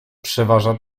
przeważa